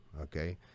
okay